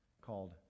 called